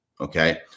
Okay